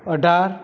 અઢાર